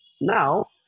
Now